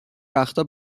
وقتها